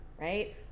right